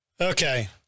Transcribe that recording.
Okay